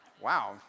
wow